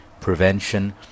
prevention